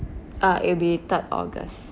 uh it'll be third august